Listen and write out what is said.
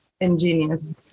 Ingenious